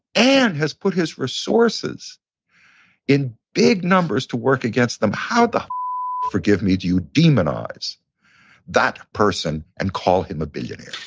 and has put his resources in big numbers to work against them. how the forgive me do you demonize that person and call him a billionaire.